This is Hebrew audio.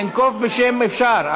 לנקוב בשם אפשר,